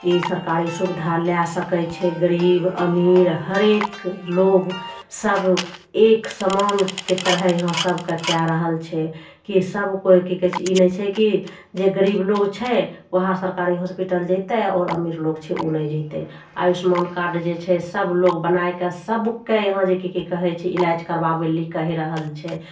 ई सरकारी सुविधा लए सकय छै गरीब अमीर हरेक लोग सब एक समानके तरह यहाँ सब कए रहल छै कि सब कोइ ई नहि छै कि जे गरीब लोग छै वएहे सरकारी हॉस्पिटल जेतय आओर अमीर लोग छै उ नहि जेतय आयुष्मान कार्ड जे छै सब लोग बना कऽ सबके यहाँ जे कि की कहय छै इलाज करबाबय लए कहि रहल छै